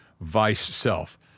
vice-self